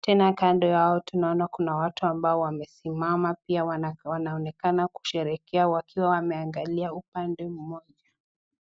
Tena kando yao tunaona kuna watu ambao wamesimama pia wanaonekana kusheherekea wakiwa wameangalia upande mmoja